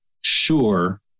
sure